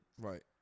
Right